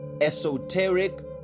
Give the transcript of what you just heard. esoteric